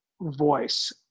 voice